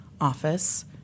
office